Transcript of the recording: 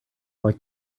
like